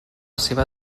seva